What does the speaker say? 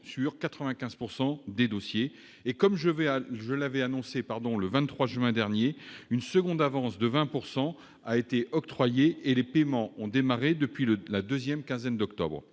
sur 95 % des dossiers. Comme je l'avais annoncé le 23 juin dernier, une seconde avance de 20 % a été octroyée. Les paiements ont démarré depuis la deuxième quinzaine d'octobre.